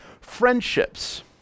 friendships